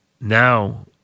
now